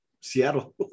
Seattle